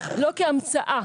לא כהמצאה,